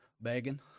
begging